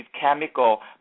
chemical